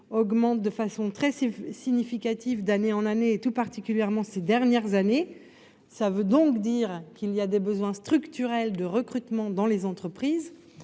augmente de façon très significative d'année en année, tout particulièrement ces dernières années ; cela veut bien dire qu'il existe des besoins structurels de recrutement dans les entreprises.